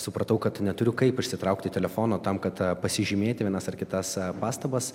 supratau kad neturiu kaip išsitraukti telefono tam kad pasižymėti vienas ar kitas pastabas